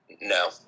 No